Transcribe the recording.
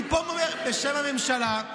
אני אומר פה בשם הממשלה,